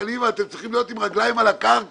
משפטנים ואתם צריכים להיות עם רגלים על הקרקע.